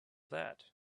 that